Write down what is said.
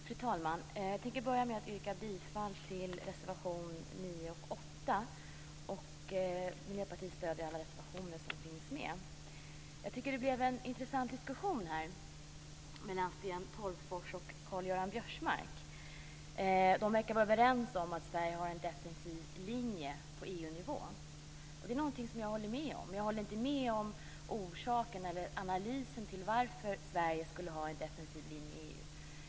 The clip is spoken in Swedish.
Fru talman! Jag tänker börja med att yrka bifall till reservationerna 9 och 8. Miljöpartiet stöder alla reservationer där det finns med. Det blev en intressant diskussion här mellan Sten Tolgfors och Karl-Göran Biörsmark. De verkar vara överens om att Sverige har en defensiv linje på EU nivå. Det är någonting som jag håller med om. Jag håller inte med om orsaken till eller analysen av varför Sverige skulle ha en defensiv linje i EU.